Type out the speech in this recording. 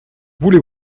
voulez